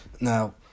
Now